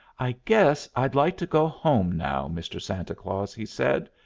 i guess i'd like to go home now, mr. santa claus, he said.